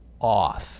off